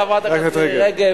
חברת הכנסת מירי רגב,